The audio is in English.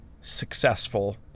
successful